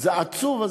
זה עצוב.